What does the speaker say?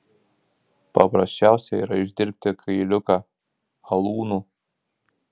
paprasčiausia yra išdirbti kailiuką alūnu